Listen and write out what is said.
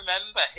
remember